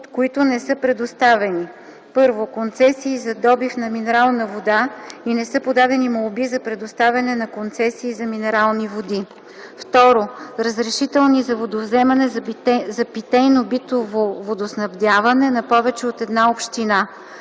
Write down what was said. които не са предоставени: 1. концесии за добив на минерална вода и не са подадени молби за предоставяне на концесии за минерални води; 2. разрешителни за водовземане за питейно-битово водоснабдяване на повече от една община;